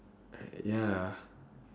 ya